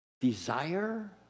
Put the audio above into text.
desire